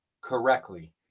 correctly